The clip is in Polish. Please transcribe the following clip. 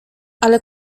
ale